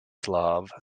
slav